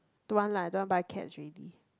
don't want lah don't want buy Keds already